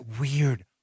weird